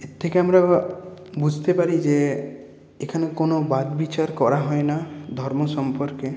এর থেকে আমরা বুঝতে পারি যে এখানে কোনো বাছবিচার করা হয় না ধর্ম সম্পর্কে